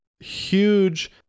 huge